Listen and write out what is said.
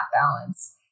balance